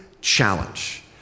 challenge